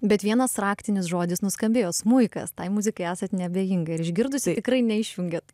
bet vienas raktinis žodis nuskambėjo smuikas tai muzikai esat neabejinga ir išgirdusi tikrai neišjungiat